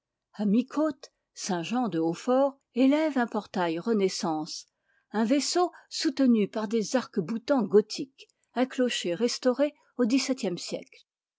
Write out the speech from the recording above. à mi-côte saint jeande hautfort élève un portail renaissance un vaisseau soutenu par des arcs-boutants gothiques un clocher restauré au xviie siècle